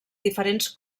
diferents